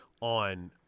on